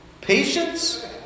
Patience